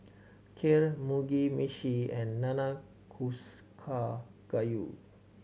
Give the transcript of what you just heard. Kheer Mugi Meshi and Nanakusa Gayu